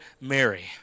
Mary